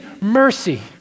mercy